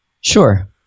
Sure